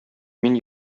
мин